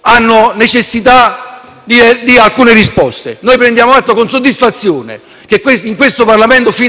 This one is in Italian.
hanno necessità di alcune risposte. Prendiamo atto con soddisfazione che in questo Parlamento si